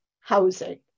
housing